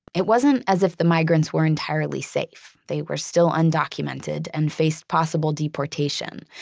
it wasn't as if the migrants were entirely safe. they were still undocumented and faced possible deportation,